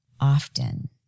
often